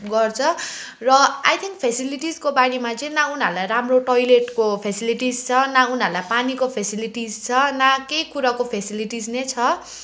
गर्छ र I think फेसिलिटिसको बारेमा चाहिँ न उनीहरूलाई राम्रो टोयलेटको फेसिलिटिस छ न उनीहरूलाई पानीको फेसिलिटिस छ न केही कुराको फेसिलिटिस नै छ